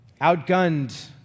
outgunned